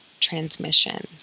transmission